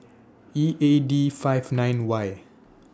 E A D five nine Y